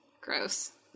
Gross